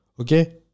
okay